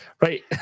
right